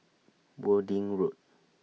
Wording Road